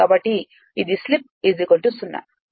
కాబట్టి ఇది స్లిప్ 0